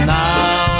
now